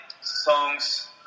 songs